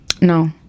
No